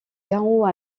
gaon